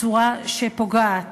בצורה שפוגעת